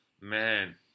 man